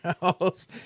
house